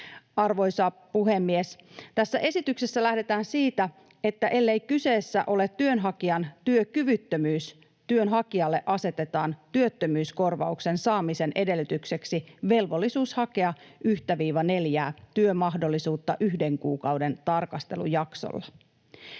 Arvoisa puhemies! Tässä esityksessä lähdetään siitä, että ellei kyseessä ole työnhakijan työkyvyttömyys, työnhakijalle asetetaan työttömyyskorvauksen saamisen edellytykseksi velvollisuus hakea 1—4 työmahdollisuutta yhden kuukauden tarkastelujaksolla.